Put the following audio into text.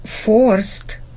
forced